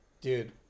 Dude